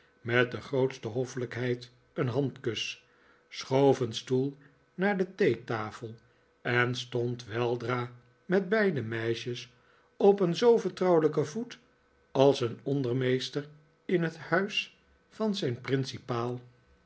met de grootste hoffelijkheid een handkus schoof een stoel naar de theetafel en stond weldra met beide meisjes op een zoo vertrouwelijken voet als een ondermeester in het huis van zijn